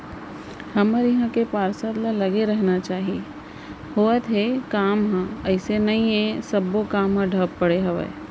हमर इहाँ के पार्षद ल लगे रहना चाहीं होवत हे काम ह अइसे नई हे के सब्बो काम ह ठप पड़े हवय